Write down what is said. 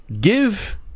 give